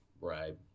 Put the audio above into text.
right